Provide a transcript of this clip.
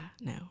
no